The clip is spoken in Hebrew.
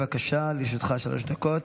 לרשותך שלוש דקות.